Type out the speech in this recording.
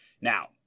Now